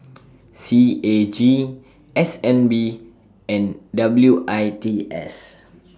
C A G S N B and W I T S